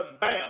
bam